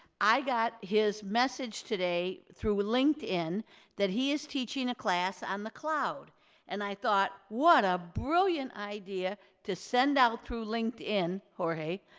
i got his message today through linkedin that he is teaching a class on the cloud and i thought what a brilliant idea to send out through linkedin, jorge,